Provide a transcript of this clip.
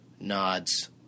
nods